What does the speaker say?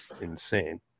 insane